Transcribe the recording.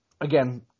again